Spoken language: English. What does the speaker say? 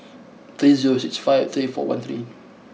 three zero six five three four one three